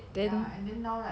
ya he did then